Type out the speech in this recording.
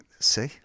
see